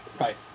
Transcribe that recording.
Right